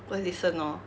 go and listen lor